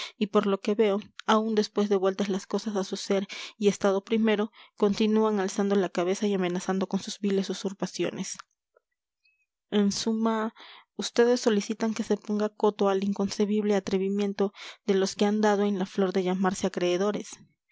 y por lo que veo aun después de vueltas las cosas a su ser y estado primero continúan alzando la cabeza y amenazando con sus viles usurpaciones en suma vds solicitan que se ponga coto al inconcebible atrevimiento de los que han dado en la flor de llamarse acreedores